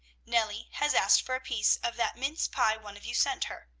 nellie has asked for a piece of that mince-pie one of you sent her.